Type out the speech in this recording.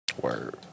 Word